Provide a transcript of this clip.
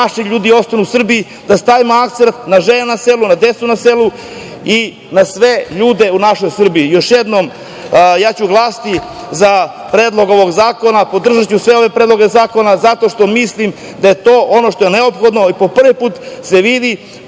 da naši ljudi ostanu u Srbiji, da stavimo akcenat na žene na selu, na decu na selu i na sve ljude u našoj Srbiji. Još jednom, ja ću glasati za predlog ovog zakona i podržaću sve ove predloge zakona, zato što mislim da je to ono što je neophodno. Po prvi put se vidi